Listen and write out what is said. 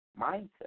mindset